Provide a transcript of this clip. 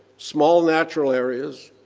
small natural areas,